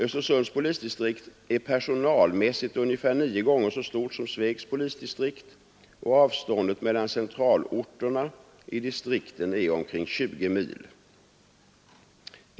Östersunds polisdistrikt är personalmässigt ungefär nio gånger så stort som Svegs polisdistrikt och avståndet mellan centralorterna i distrikten är omkring 20 mil.